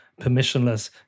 permissionless